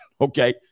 Okay